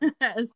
Yes